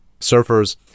surfers